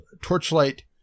torchlight